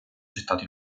gettato